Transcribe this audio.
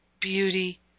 beauty